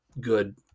good